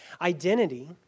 identity